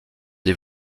des